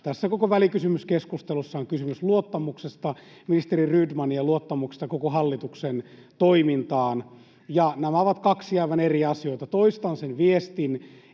Tässä koko välikysymyskeskustelussa on kysymys luottamuksesta ministeri Rydmaniin ja luottamuksesta koko hallituksen toimintaan. Ja nämä kaksi ovat aivan eri asioita: toistan sen viestin,